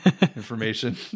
information